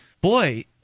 boy